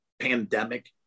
pandemic